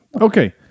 Okay